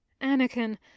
Anakin